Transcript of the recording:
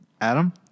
Adam